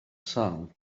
sâl